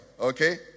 okay